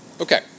Okay